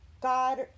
God